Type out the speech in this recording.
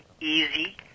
easy